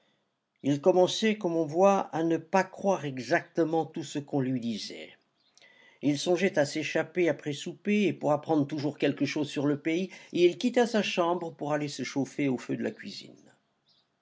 il commençait comme on voit à ne pas croire exactement tout ce qu'on lui disait il songeait à s'échapper après souper et pour apprendre toujours quelque chose sur le pays il quitta sa chambre pour aller se chauffer au feu de la cuisine